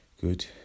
good